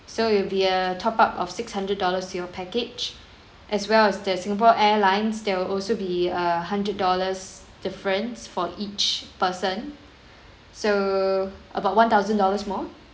so it'll be a top up of six hundred dollars to your package as well as the singapore airlines there will also be a hundred dollars difference for each person so about one thousand dollars more